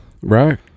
Right